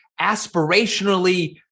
aspirationally